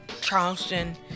Charleston